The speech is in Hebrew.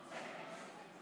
בבקשה לשבת.